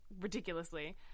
ridiculously